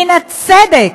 מן הצדק,